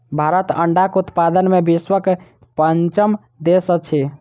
भारत अंडाक उत्पादन मे विश्वक पाँचम देश अछि